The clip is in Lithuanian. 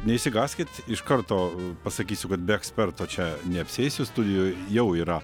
neišsigąskit iš karto pasakysiu kad be eksperto čia neapsieisiu studijoj jau yra